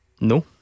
No